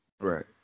Right